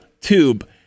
tube